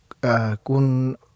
kun